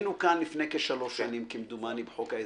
היינו כאן לפני כשלוש שנים כמדומני בחוק ההסדרים,